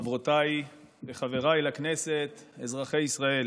חברותיי וחבריי לכנסת, אזרחי ישראל,